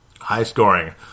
high-scoring